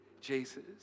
Jesus